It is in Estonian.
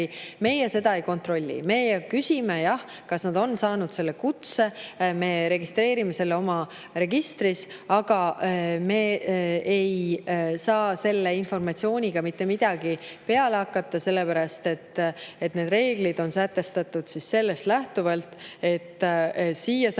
meie seda ei kontrolli. Me küsime, jah, kas nad on saanud selle kutse, me registreerime selle oma registris, aga me ei saa selle informatsiooniga mitte midagi peale hakata sellepärast, et need reeglid on sätestatud sellest lähtuvalt, et siia saabudes